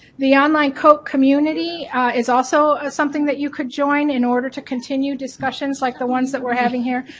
the online cote community is also something that you could join in order to continue discussions like the ones that we're having here.